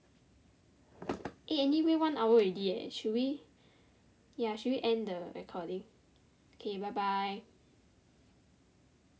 eh anyway one hour already eh should we ya should we end the recording okay bye bye